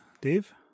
Dave